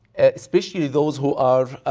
especially those who are